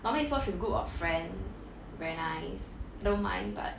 normally is watch with group of friends very nice I don't mind but